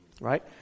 Right